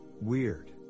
weird